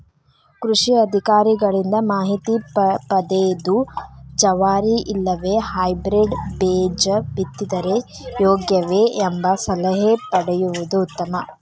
ಕೃಷಿ ಅಧಿಕಾರಿಗಳಿಂದ ಮಾಹಿತಿ ಪದೆದು ಜವಾರಿ ಇಲ್ಲವೆ ಹೈಬ್ರೇಡ್ ಬೇಜ ಬಿತ್ತಿದರೆ ಯೋಗ್ಯವೆ? ಎಂಬ ಸಲಹೆ ಪಡೆಯುವುದು ಉತ್ತಮ